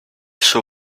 suo